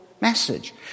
message